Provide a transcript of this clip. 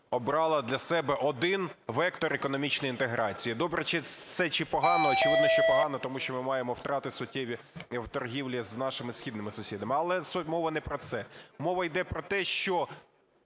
обрала для себе один вектор економічної інтеграції. Добре це чи погано? Очевидно, що погано, тому що ми маємо втрати суттєві в торгівлі з нашими східними сусідами. Але мова не про це. Мова йде про те, що